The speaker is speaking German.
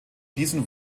diesen